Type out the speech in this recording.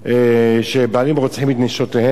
שבעלים רוצחים את נשותיהם.